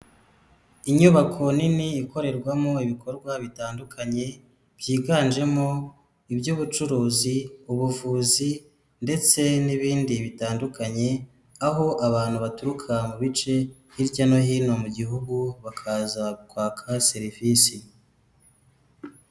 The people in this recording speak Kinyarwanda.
Inyubako nini ikorerwamo ibikorwa bitandukanye byiganjemo iby'ubucuruzi, ubuvuzi, ndetse n'ibindi bitandukanye, aho abantu baturuka mu bice hirya no hino mu gihugu bakaza kwaka serivisi.